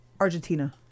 Argentina